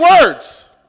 words